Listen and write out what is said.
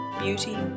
beauty